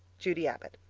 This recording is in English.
judy abbott